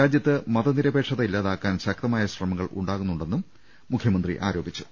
രാജ്യത്ത് മതനിരപേക്ഷത ഇല്ലാതാക്കാൻ ശക്ത മായ ശ്രമങ്ങൾ ഉണ്ടാകുന്നുണ്ടെന്നും മുഖ്യമന്ത്രി ആരോപിച്ചു